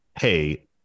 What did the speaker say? hey